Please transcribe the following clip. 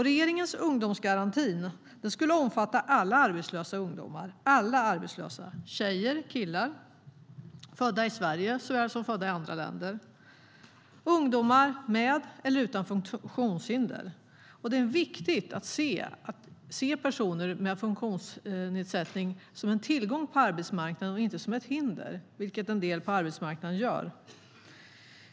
Regeringens ungdomsgaranti skulle omfatta alla arbetslösa ungdomar - alla arbetslösa, alltså såväl tjejer som killar, såväl födda i Sverige som födda i andra länder och ungdomar såväl med som utan funktionshinder. Det är viktigt att se personer med funktionsnedsättning som en tillgång på arbetsmarknaden och inte som ett hinder, vilket en del på arbetsmarknaden gör.